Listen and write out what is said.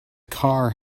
car